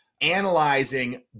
analyzing